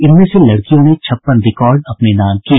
इनमें से लड़कियों ने छप्पन रिकॉर्ड अपने नाम किए